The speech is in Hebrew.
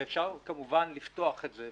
ואפשר כמובן לפתוח את זה,